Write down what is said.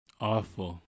Awful